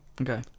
okay